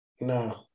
No